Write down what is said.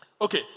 Okay